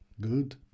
Good